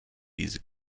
diese